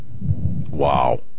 Wow